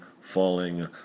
falling